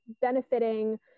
benefiting